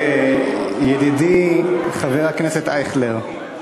ידידי חבר הכנסת אייכלר,